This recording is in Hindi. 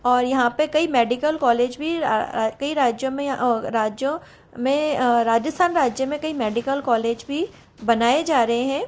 और यहाँ पर कई मेडिकल कोलेज भी कई राज्यों में राज्यों में राजस्थान राज्य में कई मेडिकल कोलेज भी बनाए जा रहे हैं